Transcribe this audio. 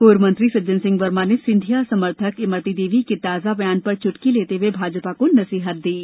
पूर्व मंत्री सज्जन सिंह वर्मा ने सिंधिया समर्थक इमरती देवी के ताजा बयान पर च्टकी लेते हुए भाजपा को नसीहत दी है